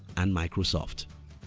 and microsoft.